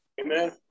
Amen